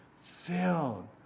filled